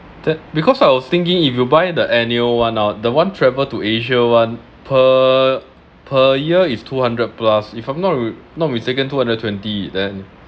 that because I was thinking if you buy the annual one ah the one travel to asia one per per year is two hundred plus if I'm not re~ not mistaken two hundred twenty then